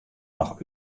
noch